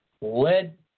led